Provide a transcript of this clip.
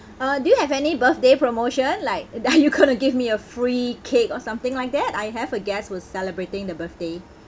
uh do you have any birthday promotion like are you gonna give me a free cake or something like that I have a guest who is celebrating the birthday